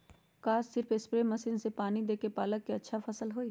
का सिर्फ spray machine से पानी देके पालक के अच्छा फसल होई?